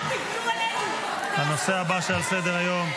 לנושא הבא שעל סדר-היום.